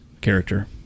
character